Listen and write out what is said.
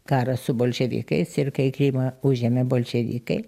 karas su bolševikais ir kai krymą užėmė bolševikai